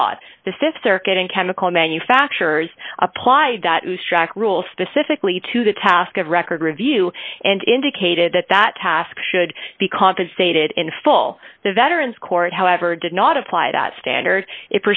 brought the th circuit in chemical manufacturers applied rule specifically to the task of record review and indicated that that task should be compensated in full the veterans court however did not apply that standard